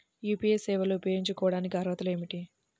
UPI సేవలు ఉపయోగించుకోటానికి అర్హతలు ఏమిటీ?